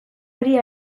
hori